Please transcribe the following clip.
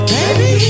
Baby